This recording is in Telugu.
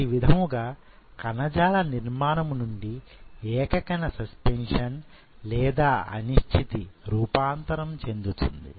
ఈ విధముగా కణజాల నిర్మాణము నుండి ఏక కణ సస్పెన్షన్ లేదా అనిశ్చితి రూపాంతరం చెందుతుంది